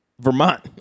Vermont